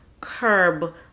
curb